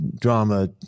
drama